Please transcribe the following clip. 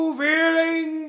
feeling